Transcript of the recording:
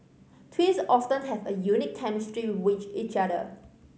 twins often have a unique chemistry with each other